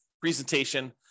presentation